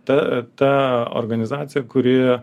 ta ta organizacija kuri